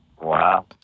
Wow